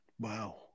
Wow